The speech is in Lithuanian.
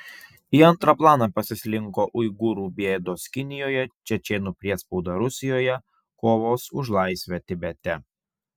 į antrą planą pasislinko uigūrų bėdos kinijoje čečėnų priespauda rusijoje kovos už laisvę tibete